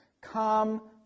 Come